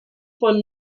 von